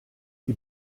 die